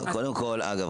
אגב,